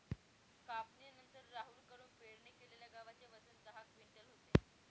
कापणीनंतर राहुल कडून पेरणी केलेल्या गव्हाचे वजन दहा क्विंटल होते